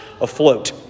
afloat